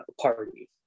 party